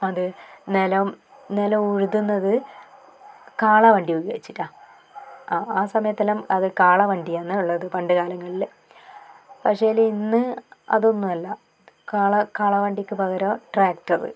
അത് നിലം നിലമുഴുതുന്നത് കാളവണ്ടി ഉപയോഗിച്ചിട്ടാണ് അ ആ സമയത്തെല്ലാം അത് കാളവണ്ടിയാണുള്ളത് പണ്ടുകാലങ്ങളിൽ പക്ഷേല് ഇന്ന് അതൊന്നുമല്ല കാള കാളവണ്ടിക്ക് പകരം ട്രാക്ടർ